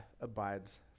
abides